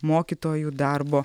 mokytojų darbo